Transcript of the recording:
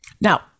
Now